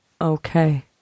okay